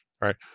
right